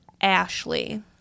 Ashley